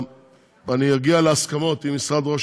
הורדנו את הסעיף